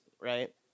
right